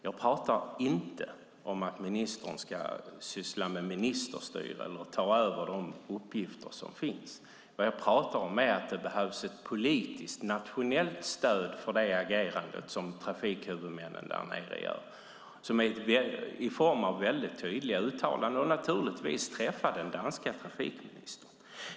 Jag talar inte om att ministern ska syssla med ministerstyre eller ta över de uppgifter som finns. Vad jag talar om är att det behövs ett nationellt politiskt stöd för det agerande som sker från trafikhuvudmännen där nere i form av tydliga uttalanden och att hon naturligtvis ska träffa den danska trafikministern.